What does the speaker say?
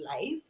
life